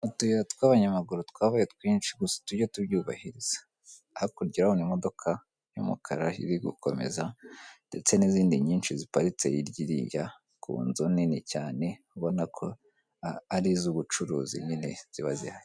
utuyira tw'abanyamaguru twabaye twinshi gusa tujye tubyubahiriza hakuryaho imodoka y'umukara iri gukomeza ndetse n'izindi nyinshi ziparitse iryiriya ku nzu nini cyane ubonako ari iz'ubucuruzi nyine ziba zihari